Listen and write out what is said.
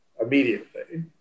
immediately